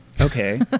okay